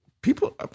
People